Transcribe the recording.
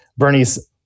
Bernie's